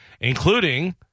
including